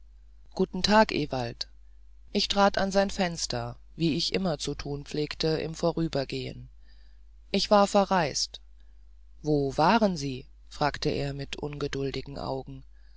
guten tag ewald ich trat an sein fenster wie ich immer zu tun pflegte im vorübergehen ich war verreist wo waren sie fragte er mit ungeduldigen augen